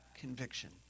conviction